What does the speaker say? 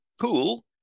pool